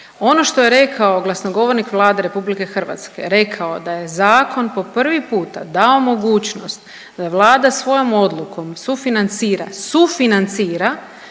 Ono što je rekao glasnogovornik Vlade RH rekao da je zakon po prvi puta dao mogućnost da vlada svojom odlukom sufinancira, sufinancira